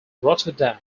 rotterdam